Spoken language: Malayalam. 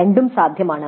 രണ്ടും സാധ്യമാണ്